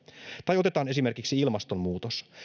tai otetaan esimerkiksi ilmastonmuutos